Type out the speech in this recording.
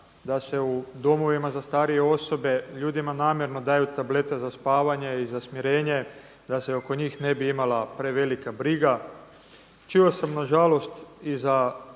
da se u domovima za starije osobe ljudima namjerno daju tablete za spavanje i za smirenje da se oko njih ne bi imala previla briga. Čuo sam nažalost i za